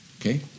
Okay